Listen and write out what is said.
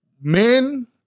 men